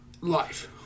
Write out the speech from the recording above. Life